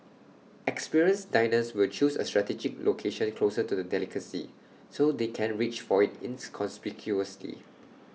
experienced diners will choose A strategic location closer to the delicacy so they can reach for IT inconspicuously